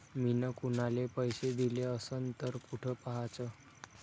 मिन कुनाले पैसे दिले असन तर कुठ पाहाचं?